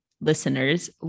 listeners